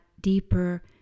deeper